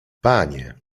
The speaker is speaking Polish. panie